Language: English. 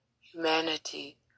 humanity